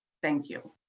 thank you.